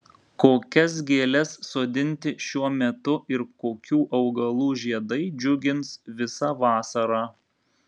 kokias gėles sodinti šiuo metu ir kokių augalų žiedai džiugins visą vasarą